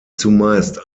zumeist